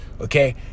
okay